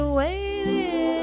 waiting